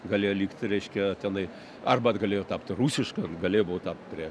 galėjo likt reiškia tenai arba galėjo tapt rusiška galėjo būt tapt prie